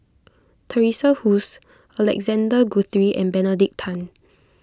Teresa Hsu Alexander Guthrie and Benedict Tan